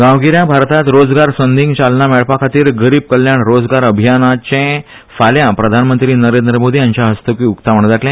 गावगिरया भारतात रोजगार संदींक चालना मेळपाखातीर गरीब कल्याण रोजगार अभियानाचे फाल्या प्रधानमंत्री नरेंद्र मोदी हांचे हस्तुकी उक्तावण जातले